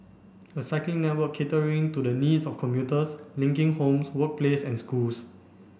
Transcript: a cycling network catering to the needs of commuters linking homes workplace and schools